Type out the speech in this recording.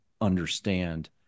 understand